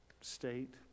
State